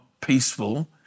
peaceful